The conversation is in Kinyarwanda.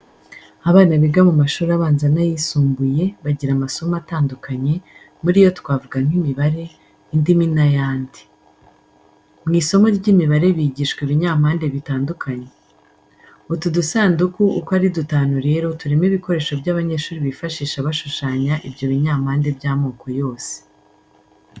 Abana biga mu mashuri abanza n'ayisumbuye bagira amasomo atandukanye, muri yo twavuga nk'imibare, indimi n'ayandi. Mu isomo ry'imibare bigishwa ibinyampande bitandukanye. Utu dusanduku uko ari dutanu rero turimo ibikoresho by'abanyeshuri bifashisha bashushanya ibyo binyambande by'amoko yose.